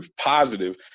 positive